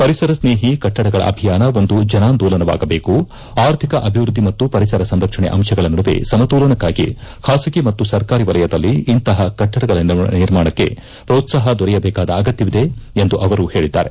ಪರಿಸರಸ್ನೇಹಿ ಕಟ್ಟಡಗಳ ಅಭಿಯಾನ ಒಂದು ಜನಾಂದೋಲನವಾಗಬೇಕು ಆರ್ಥಿಕ ಅಭಿವೃದ್ದಿ ಮತ್ತು ಪರಿಸರ ಸಂರಕ್ಷಣೆ ಅಂಶಗಳ ನಡುವೆ ಸಮತೋಲನಕ್ಕಾಗಿ ಖಾಸಗಿ ಮತ್ತು ಸರ್ಕಾರಿ ವಲಯದಲ್ಲಿ ಇಂತಹ ಕಟ್ಟಡಗಳ ನಿರ್ಮಾಣಕ್ಕೆ ಪ್ರೋತ್ಸಾಪ ದೊರೆಯಬೇಕಾದ ಅಗತ್ಯವಿದೆ ಎಂದು ಅವರು ಹೇಳಿದ್ದಾರೆ